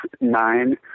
nine